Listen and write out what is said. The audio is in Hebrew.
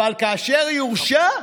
אבל כאשר יורשע,